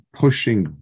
pushing